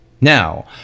Now